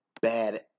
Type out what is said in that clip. bad